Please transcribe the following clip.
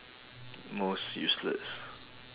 most useless